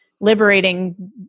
liberating